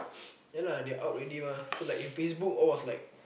yeah lah they out already mah so like in Facebook all was like